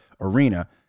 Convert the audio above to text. arena